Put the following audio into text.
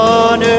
on